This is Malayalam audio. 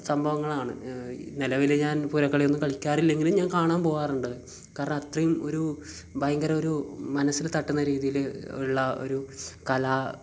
സംഭവങ്ങളാണ് നിലവിൽ ഞാൻ പൂരക്കളിയൊന്നും കളിക്കാറില്ലെങ്കിലും ഞാൻ കാണാൻ പോവാറുണ്ട് കാരണം അത്രയും ഒരു ഭയങ്കര ഒരു മനസ്സിൽ തട്ടുന്ന രീതിയിലുള്ള ഒരു കല